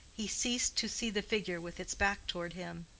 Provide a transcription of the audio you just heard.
he ceased to see the figure with its back toward him.